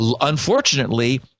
unfortunately